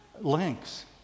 links